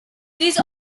these